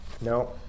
No